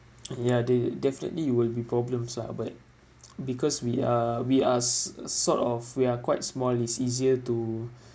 ya they definitely will be problems lah but because we are we are s~ uh sort of we are quite small it's easier to